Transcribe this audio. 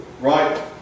right